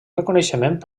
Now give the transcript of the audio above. reconeixement